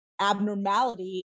abnormality